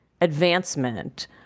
advancement